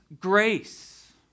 grace